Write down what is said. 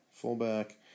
fullback